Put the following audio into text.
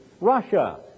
Russia